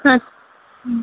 हँ हूँ